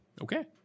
Okay